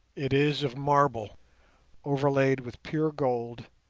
it is of marble overlaid with pure gold,